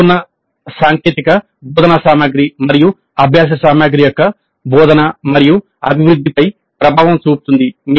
ఎంచుకున్న సాంకేతికత బోధనా సామగ్రి మరియు అభ్యాస సామగ్రి యొక్క బోధన మరియు అభివృద్ధిపై ప్రభావం చూపుతుంది